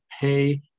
pay